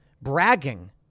bragging